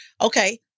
Okay